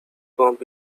bomb